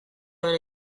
bera